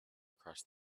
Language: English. across